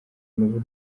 n’uburyo